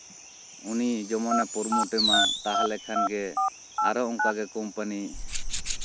ᱩᱱᱤ ᱡᱮᱢᱚᱱᱮ ᱯᱨᱳᱢᱳᱴᱮᱢᱟ ᱢᱟ ᱛᱟᱦᱚᱞᱮ ᱠᱷᱟᱱᱜᱮ ᱟᱨᱚ ᱚᱱᱠᱟ ᱜᱮ ᱠᱳᱢᱯᱟᱱᱤ